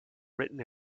written